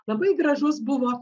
labai gražus buvo